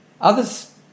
Others